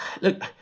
look